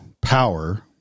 power